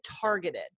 targeted